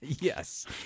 Yes